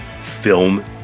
film